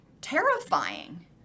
terrifying